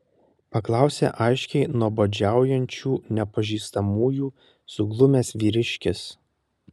paklausė aiškiai nuobodžiaujančių nepažįstamųjų suglumęs vyriškis